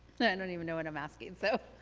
i don't even know what i'm asking so.